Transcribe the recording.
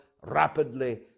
rapidly